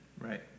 Right